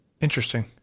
Interesting